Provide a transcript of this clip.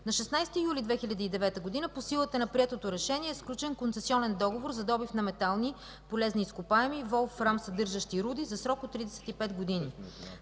На 16 юли 2009 г. по силата на приетото решение е сключен концесионен договор за добив на метални полезни изкопаеми и волфрам съдържащи руди за срок от 35 години.